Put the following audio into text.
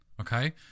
okay